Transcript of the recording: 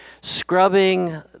scrubbing